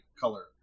color